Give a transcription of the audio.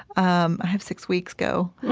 um i have six weeks, go.